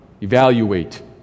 evaluate